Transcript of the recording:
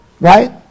Right